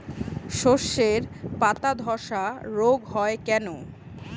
শর্ষের পাতাধসা রোগ হয় কেন?